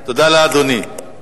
תודה לאדוני.